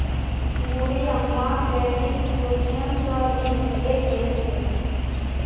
बूढ़ी अम्माक credit union स ऋण मिले गेल छ